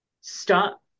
stop